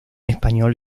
español